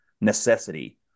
necessity